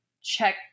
check